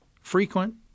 frequent